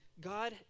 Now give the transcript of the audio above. God